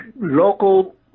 local